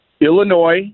Illinois